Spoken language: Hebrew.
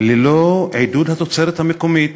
ללא עידוד התוצרת המקומית.